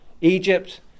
Egypt